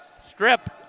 strip